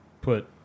put